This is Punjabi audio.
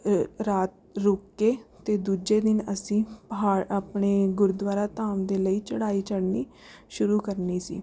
ਰਾਤ ਰੁਕ ਕੇ ਅਤੇ ਦੂਜੇ ਦਿਨ ਅਸੀਂ ਪਹਾੜ ਆਪਣੇ ਗੁਰਦੁਆਰਾ ਧਾਮ ਦੇ ਲਈ ਚੜ੍ਹਾਈ ਚੜ੍ਹਨੀ ਸ਼ੁਰੂ ਕਰਨੀ ਸੀ